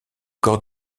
corps